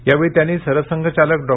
यावेळी त्यांनी सरसंघचालक डॉ